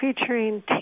featuring